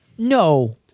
No